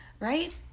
Right